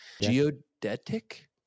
geodetic